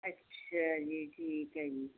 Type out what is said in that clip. ਅੱਛਾ ਜੀ ਠੀਕ ਹੈ ਜੀ